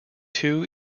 too